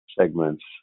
segments